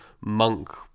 monk